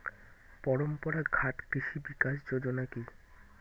পরম্পরা ঘাত কৃষি বিকাশ যোজনা কি?